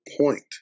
point